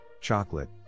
chocolate